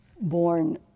born